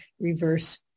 reverse